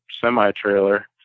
semi-trailer